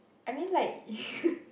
I mean like